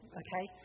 okay